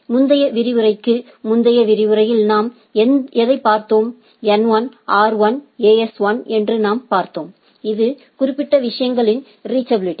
முந்தைய விரிவுரைக்கு முந்தையதைய விரிவுரையில் நாம் என்ன பார்த்தோமென்றால் இது N1 R1 AS1 என்று நாம் பார்த்தோம் இது குறிப்பிட்ட விஷயங்களின் ரீச்சபிலிட்டி